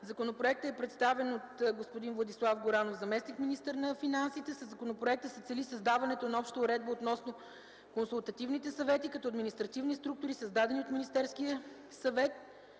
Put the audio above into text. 2011 г. и е представен от господин Владислав Горанов – заместник-министър на финансите. Със законопроекта се цели създаването на обща уредба относно консултативните съвети, като административни структури, създадени от Министерския съвет.